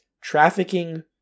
trafficking